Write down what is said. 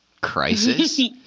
crisis